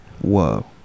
Whoa